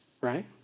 right